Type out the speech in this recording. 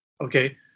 okay